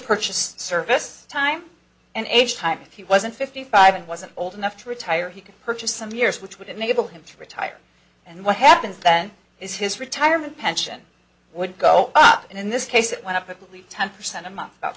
purchase service time and age time if he wasn't fifty five and wasn't old enough to retire he could purchase some years which would enable him to retire and what happens then is his retirement pension would go up in this case it went up at least ten percent a month about